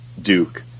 Duke